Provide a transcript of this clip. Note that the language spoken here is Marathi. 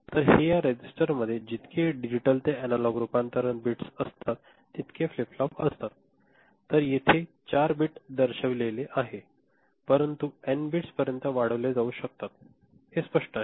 तर हे या रजिस्टर मध्ये जितके डिजिटल ते एनालॉग रूपांतरण बिट्स असतात तितके फ्लिप फ्लॉप असतात तर येथे 4 बिट दर्शविलेले आहेत परंतु ते एन बिट्स पर्यंत वाढविले जाऊ शकतात हे स्पष्ट आहे